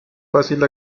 fácil